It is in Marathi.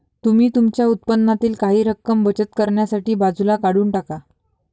तुम्ही तुमच्या उत्पन्नातील काही रक्कम बचत करण्यासाठी बाजूला काढून टाका